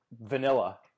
vanilla